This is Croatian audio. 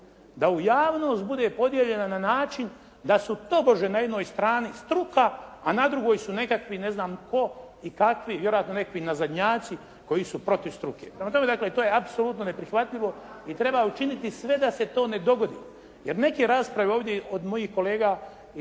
da u javnost bude podijeljena na način da su tobože na jednoj strani struka, a na drugoj su nekakvi ne znam tko i kakvi vjerojatno nekakvi nazadnjaci koji su protiv struke. Prema tome, dakle to je apsolutno neprihvatljivo i treba učiniti sve da se to ne dogodi. Jer neke rasprave ovdje od mojih kolega iz